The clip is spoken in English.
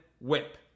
whip